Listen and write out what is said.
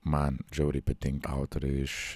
man žiauriai patinka autoriai iš